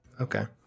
okay